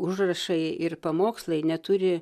užrašai ir pamokslai neturi